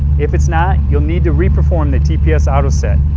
if it is not, you'll need to reperform the tps auto-set.